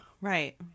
right